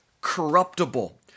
corruptible